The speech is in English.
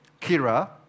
Kira